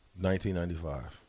1995